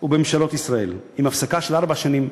ובממשלות ישראל, עם הפסקה של ארבע שנים,